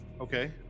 Okay